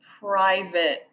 private